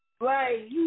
Right